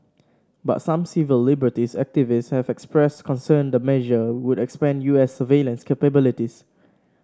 but some civil liberties activists have expressed concern the measure would expand U S surveillance capabilities